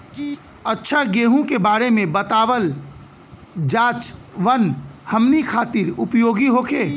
अच्छा गेहूँ के बारे में बतावल जाजवन हमनी ख़ातिर उपयोगी होखे?